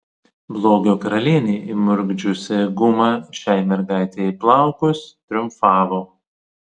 blogio karalienė įmurkdžiusi gumą šiai mergaitei į plaukus triumfavo